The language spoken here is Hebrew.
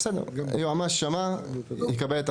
בסדר, היועמ״ש שמע והוא יקבל את ההחלטה.